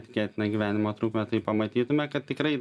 tikėtiną gyvenimo trukmę tai pamatytume kad tikrai